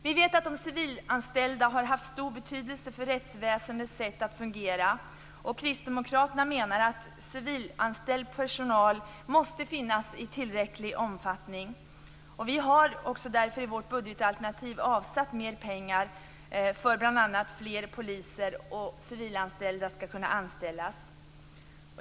Vi vet att de civilanställda har haft stor betydelse för rättsväsendets sätt att fungera. Kristdemokraterna menar att civilanställd personal måste finnas i tillräcklig omfattning. Vi har därför i vårt budgetalternativ avsatt mer pengar för att bl.a. fler poliser och civilanställda skall kunna anställas.